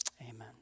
Amen